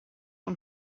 und